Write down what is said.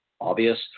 obvious